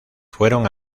fueron